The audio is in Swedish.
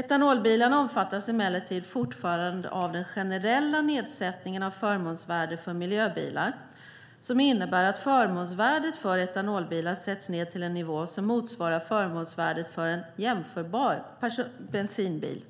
Etanolbilarna omfattas emellertid fortfarande av den generella nedsättningen av förmånsvärdet för miljöbilar som innebär att förmånsvärdet för etanolbilar sätts ned till en nivå som motsvarar förmånsvärdet för en jämförbar bensinbil